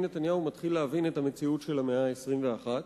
נתניהו מתחיל להבין את המציאות של המאה ה-21.